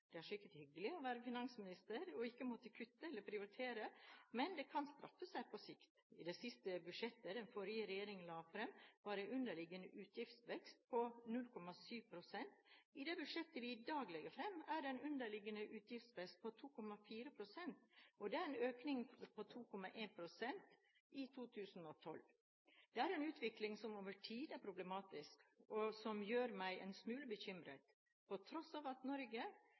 Det er sikkert hyggelig å være finansminister og ikke måtte kutte eller prioritere, men det kan straffe seg på sikt. I det siste budsjettet den forrige regjeringen la fram, var den underliggende utgiftsveksten på 0,7 pst. I budsjettet som i dag legges fram, er den underliggende utgiftsveksten på 2,4 pst., og den er økende – fra 2,1 pst. i 2012. Det er en utvikling som over tid er problematisk, og som gjør meg en smule bekymret, på tross av at Norge